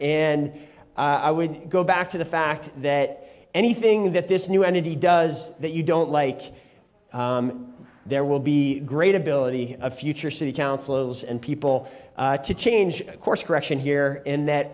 and i would go back to the fact that anything that this new entity does that you don't like there will be a great ability of future city councils and people to change course correction here and that